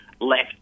left